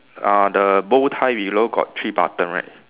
uh the bow tie below got three button right